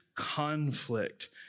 conflict